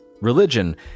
religion